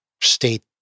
state